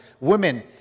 women